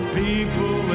people